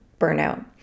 burnout